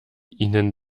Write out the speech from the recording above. ihnen